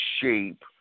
shape